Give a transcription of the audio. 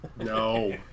no